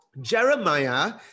Jeremiah